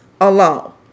alone